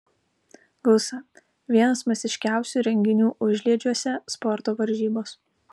gausa vienas masiškiausių renginių užliedžiuose sporto varžybos